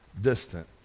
distant